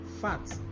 Fat